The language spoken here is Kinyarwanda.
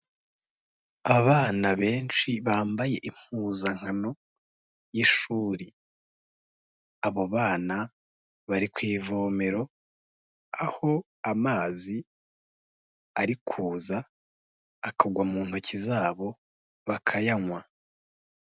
Abana benshi bambaye impuzankano y'ishuri, abo bana bari ku ivomero aho amazi ari kuza akagwa mu ntoki zabo bakayanywa.